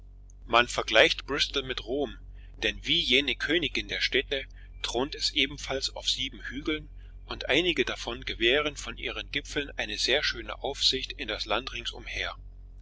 man vergleicht bristol mit rom denn wie jene königin der städte thront es ebenfalls auf sieben hügeln und einige davon gewähren von ihren gipfeln eine sehr schöne aussicht in das land ringsumher